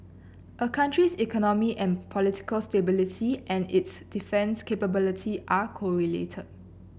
a country's economic and political stability and its defence capability are correlated